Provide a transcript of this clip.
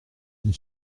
une